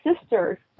sister